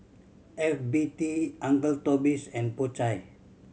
F B T Uncle Toby's and Po Chai